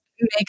make